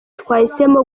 twahisemo